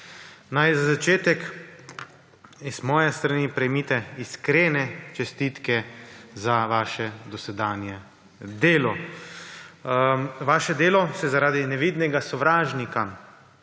Za začetek z moje strani prejmite iskrene čestitke za svoje dosedanje delo. Vaše delo se zaradi nevidnega sovražnika